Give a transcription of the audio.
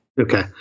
Okay